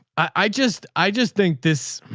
i just i just think this,